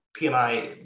PMI